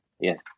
yes